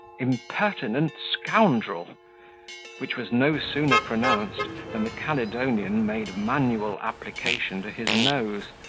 impertinent scoundrel which was no sooner pronounced than the caledonian made manual application to his nose,